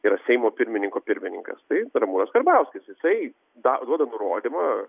yra seimo pirmininko pirmininkas tai ramūnas karbauskis jisai da duoda nurodymą